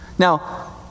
Now